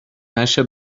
نشه